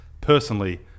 Personally